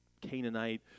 Canaanite